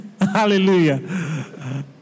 Hallelujah